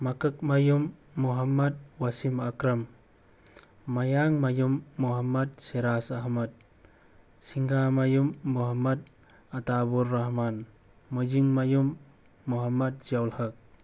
ꯃꯀꯛꯃꯌꯨꯝ ꯃꯣꯍꯃꯠ ꯋꯥꯁꯤꯃ ꯑꯀ꯭ꯔꯝ ꯃꯌꯥꯡꯃꯌꯨꯝ ꯃꯣꯍꯃꯠ ꯁꯦꯔꯥꯖ ꯑꯍꯃꯠ ꯁꯤꯡꯒꯥꯃꯌꯨꯝ ꯃꯣꯍꯃꯠ ꯑꯇꯥꯕꯣꯔ ꯔꯍꯃꯟ ꯃꯣꯏꯖꯤꯡꯃꯌꯨꯝ ꯃꯣꯍꯃꯠ ꯖꯦꯋꯜꯍ